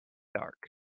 dark